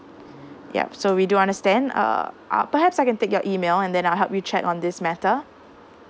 yup so we do understand err ah perhaps I can take your email and then I'll help you check on this matter